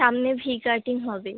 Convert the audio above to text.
সামনে V cutting হবে